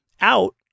out